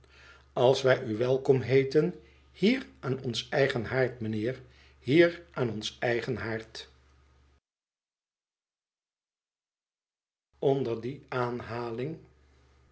als wij u welkom heeten hier aan onz eigen haard meneer hier aan onz eigen haard onder die